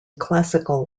classical